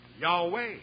Yahweh